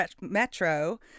Metro